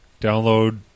Download